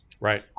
Right